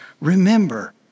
Remember